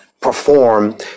perform